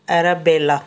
ਐਰਾ ਬੇਲਾ